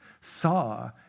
saw